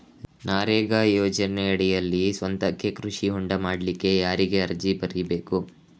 ನರೇಗಾ ಯೋಜನೆಯಡಿಯಲ್ಲಿ ಸ್ವಂತಕ್ಕೆ ಕೃಷಿ ಹೊಂಡ ಮಾಡ್ಲಿಕ್ಕೆ ಯಾರಿಗೆ ಅರ್ಜಿ ಬರಿಬೇಕು?